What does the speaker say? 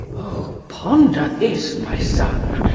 o ponder this, my son.